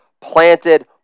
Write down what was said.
planted